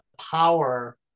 power